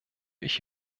ich